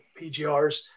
PGRs